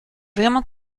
vraiment